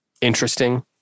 interesting